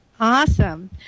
Awesome